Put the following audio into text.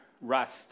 rust